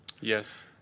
yes